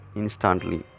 instantly